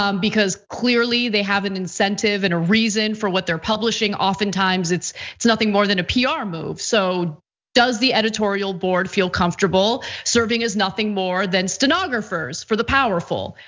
um because clearly, they have an incentive and a reason for what they're publishing. oftentimes, it's it's nothing more than a pr move. so does the editorial board feel comfortable serving as nothing more than stenographers for the powerful?